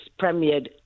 premiered